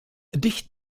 dicht